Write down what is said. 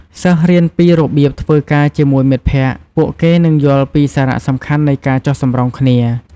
សិស្សរៀនពីរបៀបធ្វើការជាមួយមិត្តភក្តិ ពួកគេនឹងយល់ពីសារៈសំខាន់នៃការចុះសម្រុងគ្នា។